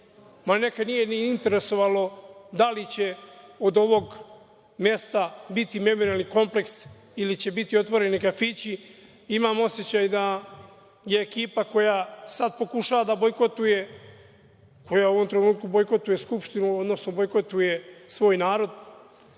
smeli, neke nije ni interesovalo da li će od ovog mesta biti memorijalni kompleks ili će biti otvoreni kafići. Imam osećaj da je ekipa koja sada pokušava da bojkotuje, koja u ovom trenutku bojkotuje Skupštinu, odnosno bojkotuje svoj narod,